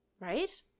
Right